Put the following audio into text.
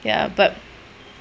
ya but